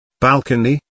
balcony